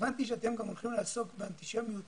הבנתי שאתם גם הולכים לעסוק באנטישמיות.